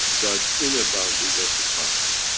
than inner boundaries of the plasma.